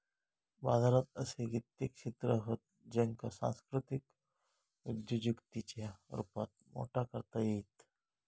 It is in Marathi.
बाजारात असे कित्येक क्षेत्र हत ज्येंका सांस्कृतिक उद्योजिकतेच्या रुपात मोठा करता येईत